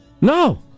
No